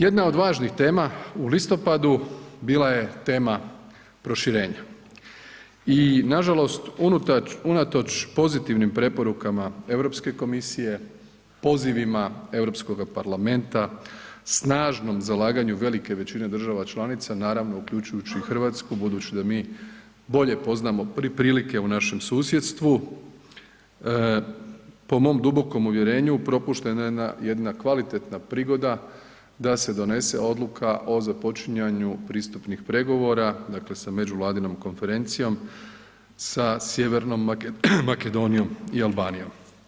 Jedna od važnih tema u listopadu bila je tema proširenja i nažalost unatoč pozitivnim preporukama Europske komisije, pozivima Europskoga parlamenta, snažnom zalaganju velike većine država članica naravno uključujući i Hrvatsku, budući da mi bolje poznamo prilike u našem susjedstvu, po mom dubokom uvjerenju propuštena je jedna kvalitetna prigoda da se donese odluka o započinjanju pristupnih pregovora sa međuvladinom konferencijom sa Sjevernoj Makedonijom i Albanijom.